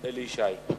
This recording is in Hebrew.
אלי ישי.